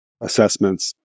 assessments